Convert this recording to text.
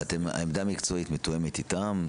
העמדה המקצועית מתואמת איתם?